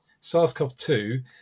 SARS-CoV-2